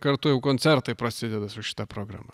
kartu jau koncertai prasideda su šita programa